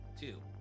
Two